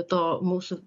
to mūsų